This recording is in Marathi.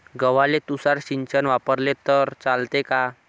गव्हाले तुषार सिंचन वापरले तर चालते का?